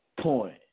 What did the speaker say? point